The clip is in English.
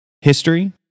history